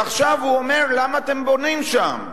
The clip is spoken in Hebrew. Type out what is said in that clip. שעכשיו הוא אומר: למה אתם בונים שם?